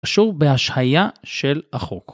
קשור בהשהייה של החוק.